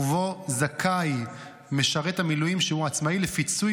ובו זכאי משרת המילואים שהוא עצמאי לפיצוי